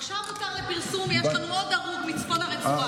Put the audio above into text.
עכשיו הותר לפרסום שיש לנו עוד הרוג מצפון הרצועה.